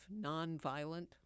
nonviolent